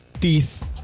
teeth